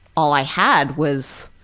all i had was